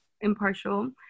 impartial